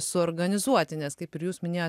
suorganizuoti nes kaip ir jūs minėjot